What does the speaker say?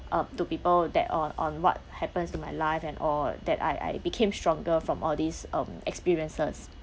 uh to people that on on what happens to my life and all that I I became stronger from all these um experiences